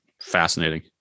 fascinating